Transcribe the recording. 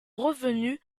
revenu